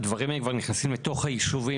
הדברים האלה נכנסים כבר לתוך היישובים,